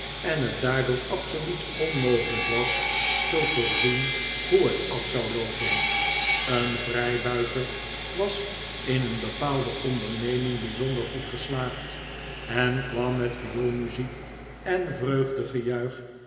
en het daardoor absoluut onmogelijk was te voorzien hoe het af zou loopen een vrijbuiter was in een bepaalde onderneming bijzonder goed geslaagd en kwam met vioolmuziek en